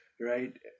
Right